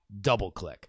DoubleClick